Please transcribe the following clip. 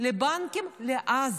לבנקים לעזה.